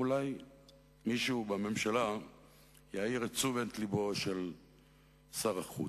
אולי מישהו בממשלה יעיר את תשומת לבו של שר החוץ.